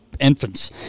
infants